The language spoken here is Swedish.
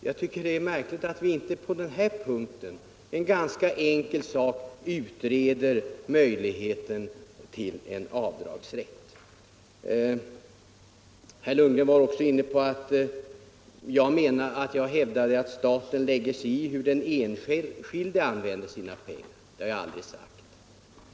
Då tycker jag det är märkligt att vi inte i detta fall — det är ju ändå en ganska enkel sak — kan utreda möjligheten att införa avdragsrätt. Vidare sade herr Lundgren att jag hävdade att staten lägger sig i hur den enskilde använder sina pengar. Det har jag aldrig sagt.